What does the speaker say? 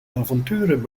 avonturen